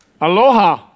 aloha